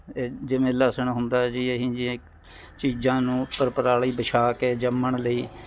ਏ ਜਿਵੇਂ ਲਸਣ ਹੁੰਦਾ ਹੈ ਜੀ ਇਹ ਜਿਹੀਆਂ ਚੀਜ਼ਾਂ ਨੂੰ ਉੱਪਰ ਪਰਾਲ਼ੀ ਵਿਛਾ ਕੇ ਜੰਮਣ ਲਈ